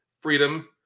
freedom